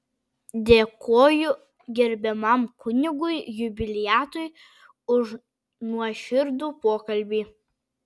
dėkoju gerbiamam kunigui jubiliatui už nuoširdų pokalbį